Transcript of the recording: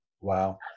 Wow